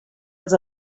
els